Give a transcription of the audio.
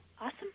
Awesome